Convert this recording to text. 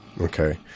okay